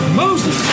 moses